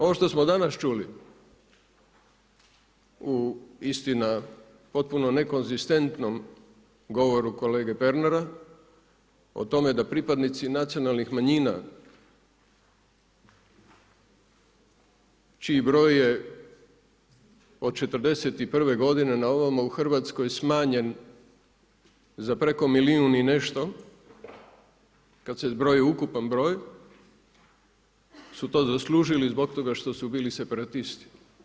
Ono što smo danas čuli u istina potpunom nekonzistentnom govoru kolege Pernara, o tome da pripadnici nacionalnih manjina čiji broj je od 41' godine na ovome u Hrvatskoj smanjen, za preko milijun i nešto, kad se zbroji ukupan broj su to zaslužili zbog toga što su bili separatisti.